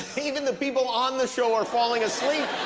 even the people on the show are falling asleep,